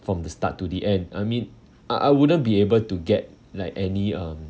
from the start to the end I mean I I wouldn't be able to get like any um